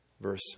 Verse